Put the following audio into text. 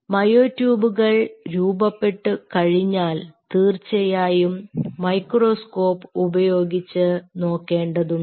മയോ ട്യൂബുകൾ രൂപപ്പെട്ടുകഴിഞ്ഞാൽ തീർച്ചയായും മൈക്രോസ്കോപ് ഉപയോഗിച്ച് നോക്കേണ്ടതുണ്ട്